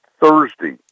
Thursday